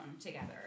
together